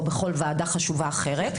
או בכל וועדה חשובה אחרת.